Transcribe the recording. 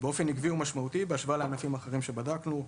באופן עקבי ומשמעותי בהשוואה לענפים אחרים שנבדקו.